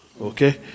okay